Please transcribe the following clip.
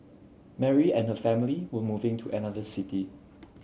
Mary and her family were moving to another city